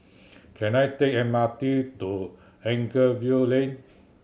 can I take M R T to Anchorvale Lane